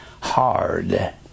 hard